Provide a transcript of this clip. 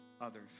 others